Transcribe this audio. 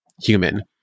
human